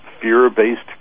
fear-based